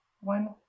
One